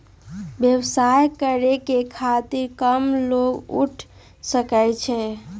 व्यवसाय करे के खतरा कम लोग उठा सकै छै